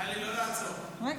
טלי, תעשי רגע